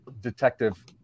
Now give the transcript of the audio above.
detective